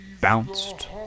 bounced